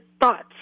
thoughts